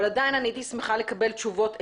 אבל עדיין הייתי שמחה לקבל תשובות עקרוניות.